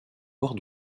bord